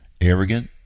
Arrogant